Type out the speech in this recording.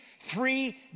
three